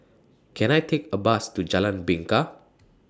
Can I Take A Bus to Jalan Bingka